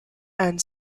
and